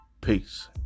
peace